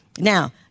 Now